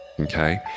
Okay